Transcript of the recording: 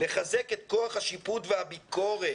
לחזק את כוח השיפוט והביקורת.